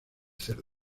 cerdo